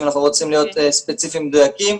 אם אנחנו רוצים להיות ספציפיים ומדויקים.